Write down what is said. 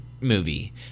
movie